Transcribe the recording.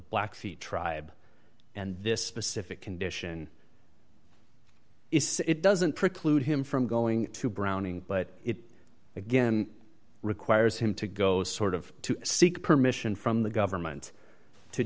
blackfeet tribe and this specific condition is it doesn't preclude him from going to browning but it again requires him to go sort of to seek permission from the government to